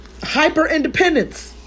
Hyper-independence